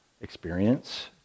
experience